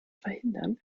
verhindern